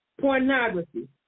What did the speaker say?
pornography